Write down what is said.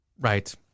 Right